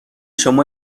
شما